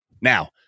Now